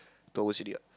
told us already what